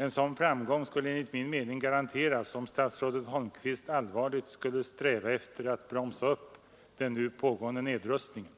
En sådan framgång skulle enligt min mening garanteras om statsrådet Holmqvist allvarligt ville sträva efter att bromsa den nu pågående nedrustningen